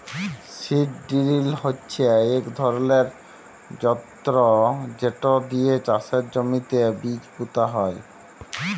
seed drill হচ্যে ইক ধরলের যনতর যেট দিয়ে চাষের জমিতে বীজ পুঁতা হয়